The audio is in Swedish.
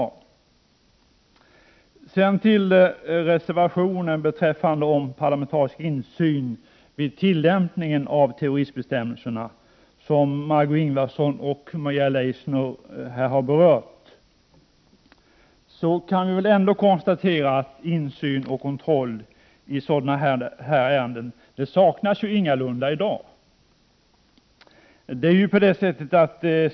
Margé Ingvardsson och Maria Leissner har här berört reservationen om parlamentarisk insyn vid tillämpningen av terroristbestämmelserna. Vi kan konstatera att insyn i och kontroll av tillämpningen av dessa bestämmelser ingalunda saknas i dag.